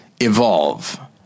evolve